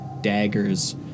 daggers